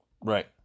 Right